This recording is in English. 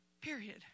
period